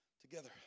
together